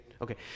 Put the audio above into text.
okay